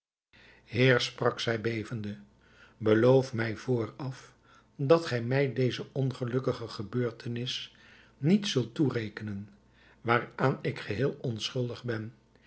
heer sprak zij bevende beloof mij vooraf dat gij mij deze ongelukkige gebeurtenis niet zult toerekenen waaraan ik geheel onschuldig ben